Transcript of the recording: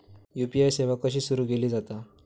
UPI सेवा कशी सुरू केली जाता?